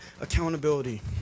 accountability